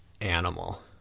animal